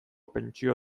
pentsio